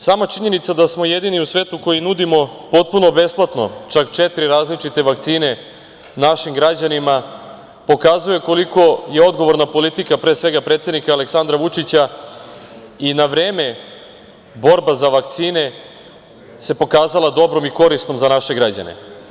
Sama činjenica da smo jedini u svetu koji nudimo potpuno besplatno, čak četiri različite vakcine našim građanima, pokazuje koliko je odgovorna politika pre svega predsednika Aleksandra Vučića i na vreme borba za vakcine se pokazala dobrom i korisnom za naše građane.